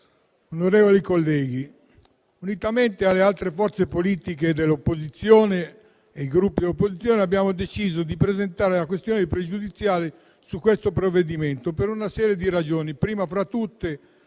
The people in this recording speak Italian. onorevoli colleghi, unitamente alle altre forze politiche dell'opposizione e ai Gruppi di opposizione, abbiamo deciso di presentare la questione pregiudiziale su questo provvedimento per una serie di ragioni. Prima fra tutte,